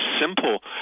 simple